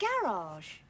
garage